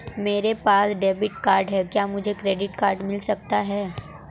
मेरे पास debit card है क्या मुझे क्रेडिट कार्ड भी मिल सकता है?